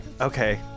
Okay